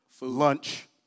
lunch